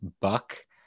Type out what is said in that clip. buck